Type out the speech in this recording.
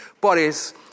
bodies